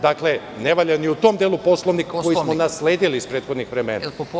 Dakle, ne valja ni u tom delu Poslovnik koji smo nasledili iz prethodnih vremena.